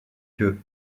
que